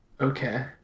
Okay